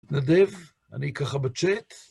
מתנדב, אני ככה בצ'אט.